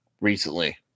Recently